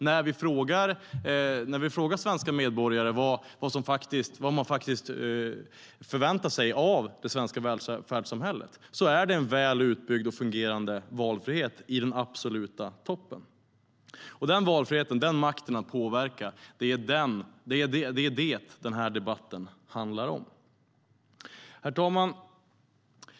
När vi frågar svenska medborgare vad de förväntar sig av det svenska välfärdssamhället är det en väl utbyggd och fungerande valfrihet som de sätter absolut främst. Den valfriheten, den makten att påverka, är det som den här debatten handlar om. Herr talman!